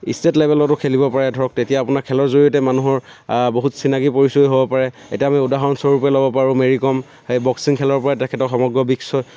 state লেভেলতো খেলিব পাৰে ধৰক তেতিয়া আপোনাৰ খেলৰ জৰিয়তে মানুহৰ বহুত চিনাকী পৰিচয়ো হ'ব পাৰে এতিয়া আমি উদাহৰণস্বৰূপে ল'ব পাৰো মেৰী কম বক্সিং খেলৰ পৰাই তেখেতক সমগ্ৰ বিশ্বই